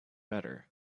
better